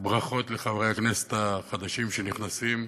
ברכות לחברי הכנסת החדשים שנכנסים.